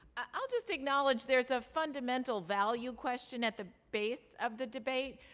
i'll just acknowledge there's a fundamental value question at the base of the debate.